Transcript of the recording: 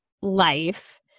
life